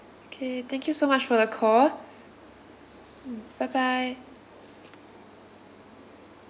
okay thank you so much for the call mm bye bye